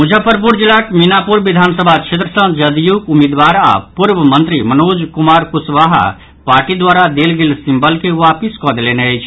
मुजफ्फरपुर जिलाक मीनापुर विधानसभा क्षेत्र सँ जदयूक उम्मीदवार आओर पूर्व मंत्री मनोज कुमार कुशवाहा पार्टी द्वारा देल गेल सिम्बल के वापिस कऽ देलनि अछि